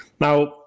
now